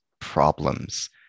problems